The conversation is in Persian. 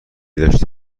داشته